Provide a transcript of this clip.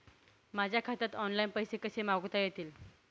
माझ्या खात्यात ऑनलाइन पैसे कसे मागवता येतील?